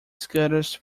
scudder’s